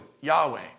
Yahweh